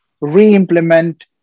re-implement